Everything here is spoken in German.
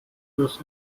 plus